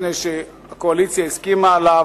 מפני שהקואליציה הסכימה עליו,